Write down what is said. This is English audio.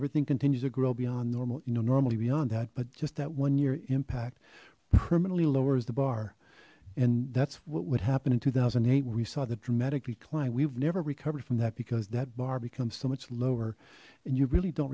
everything continues to grow beyond normal you know normally beyond that but just that one year impact permanently lowers the bar and that's what would happen in two thousand and eight where we saw the dramatic decline we've never recovered from that because that bar becomes so much lower and you really don't